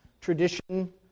tradition